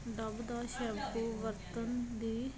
Dove ਦਾ shampoo ਵਰਤਣ ਦੀ